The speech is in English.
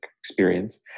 experience